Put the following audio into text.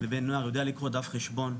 ובן נוער יודע לקרוא דף חשבון.